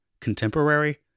Contemporary